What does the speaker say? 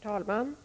Herr talman!